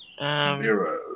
Zero